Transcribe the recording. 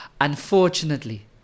unfortunately